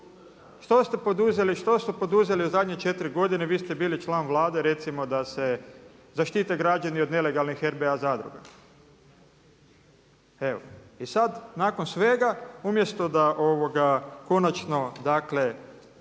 Što ste poduzeli u zadnje 4 godine, vi ste bili član Vlade, recimo da se zaštite građani od nelegalnih RBA zadruga? Evo. I sad nakon svega umjesto da konačno dakle